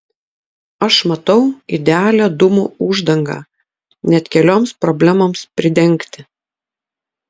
aš matau idealią dūmų uždangą net kelioms problemoms pridengti